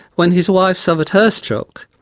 when his wife suffered her stroke,